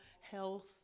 health